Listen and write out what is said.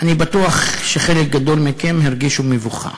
אני בטוח שחלק גדול מכם הרגישו מבוכה,